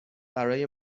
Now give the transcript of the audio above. برای